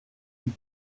and